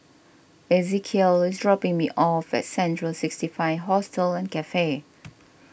Ezekiel is dropping me off at Central sixty five Hostel and Cafe